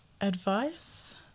advice